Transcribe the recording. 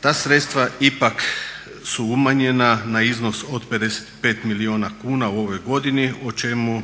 Ta sredstva ipak su umanjena na iznos od 55 milijuna kuna u ovoj godini o čemu